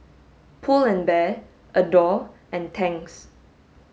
Pull and Bear Adore and Tangs